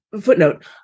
footnote